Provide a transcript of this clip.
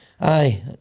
aye